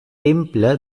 temple